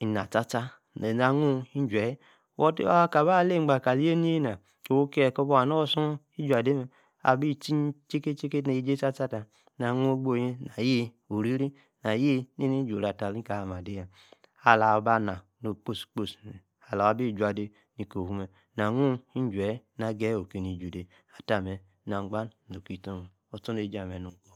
ina-tartar, ze-zee, anu, ijiey buti, aka-awor ale-gba, ka-li, yia-nena, ko-huu. kie kor-buu, haa, nor-suun. ijua-de-nme, abi-tie, thiki-tiki, ne-jey tar-tar, taah, na, nuum, ogboyi tar, nayi-oriri, nayi-neni, iju-uru, atah-ali-kor, atamee, ade-yaa, alaah, aba. naa, no-okposi-kposi, alá-bi jua, de, ki-ko-huu mme, na-nuu, ijiey na-geyi oki, ne-ju-de, ata-mme, na-gba, no-ki stor, ostornrjir amen, nom-ko